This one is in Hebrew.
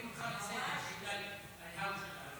--- אנחנו קוראים אותך לסדר בגלל אלהַואשלָה הזאת.